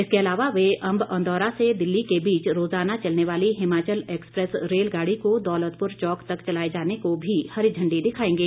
इसके अलावा वे अंब अंदौरा से दिल्ली के बीच रोज़ाना चलने वाली हिमाचल एक्सप्रैस रेलगाड़ी को दौलतपुर चौक तक चलाए जाने को भी हरी झंडी दिखाएंगे